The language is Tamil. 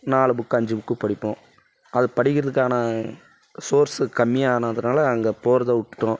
நாலு புக்கு அஞ்சு புக்கு படிப்போம் அது படிக்கறதுக்கான சோர்ஸு கம்மியானதுனால் அங்கே போறதை விட்டுட்டோம்